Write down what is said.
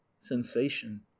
sensation